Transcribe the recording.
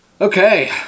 Okay